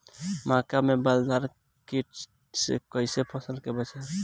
मक्का में बालदार कीट से कईसे फसल के बचाई?